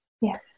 Yes